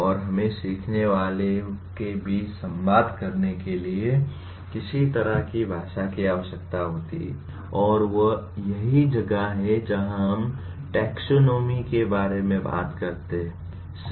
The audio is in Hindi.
और हमें सीखने वालों के बीच संवाद करने के लिए किसी तरह की भाषा की आवश्यकता होती है और यही वह जगह है जहाँ हम टैक्सोनॉमी के बारे में बात करते हैं